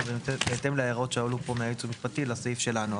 בהתאם להערות שעלו פה מהיועץ המשפטי לסעיף שלנו.